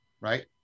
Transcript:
right